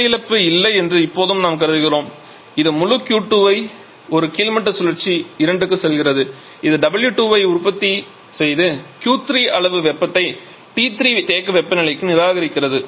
வெப்ப இழப்பு இல்லை என்று இப்போது நாம் கருதுகிறோம் இந்த முழு Q2 ஒரு கீழ்மட்ட சுழற்சி 2 க்கு செல்கிறது இது W2 ஐ உற்பத்தி செய்து Q3 அளவு வெப்பத்தை T3 தேக்க வெப்பநிலைக்கு நிராகரிக்கிறது